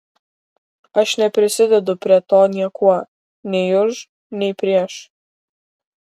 aš neprisidedu prie to niekuo nei už nei prieš